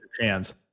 hands